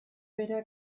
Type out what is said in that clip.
bera